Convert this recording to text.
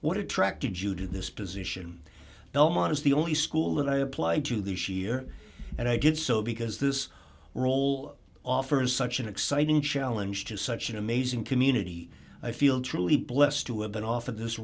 what attracted you to this position belmont is the only school that i applied to this year and i did so because this role offers such an exciting challenge to such an amazing community i feel truly blessed to have been offered this